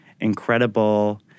incredible